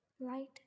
light